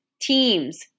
teams